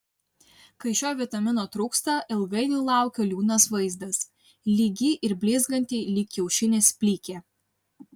kai šio vitamino trūksta ilgainiui laukia liūdnas vaizdas lygi ir blizganti lyg kiaušinis plikė